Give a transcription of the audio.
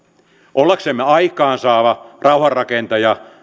ollaksemme aikaansaava rauhanrakentaja